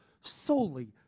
solely